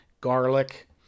garlic